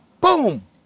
boom